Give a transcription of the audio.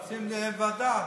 מציעים לוועדה.